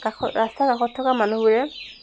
কাষত ৰাস্তাৰ কাষত থকা মানুহবোৰে